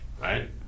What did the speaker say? right